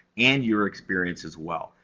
and your experience as well.